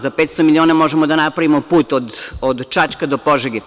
Za 500 miliona možemo da napravimo put od Čačka do Požege.